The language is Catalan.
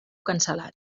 cancel·lat